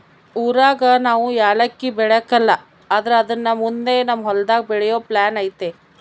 ಊರಾಗ ನಾವು ಯಾಲಕ್ಕಿ ಬೆಳೆಕಲ್ಲ ಆದ್ರ ಅದುನ್ನ ಮುಂದೆ ನಮ್ ಹೊಲದಾಗ ಬೆಳೆಯೋ ಪ್ಲಾನ್ ಐತೆ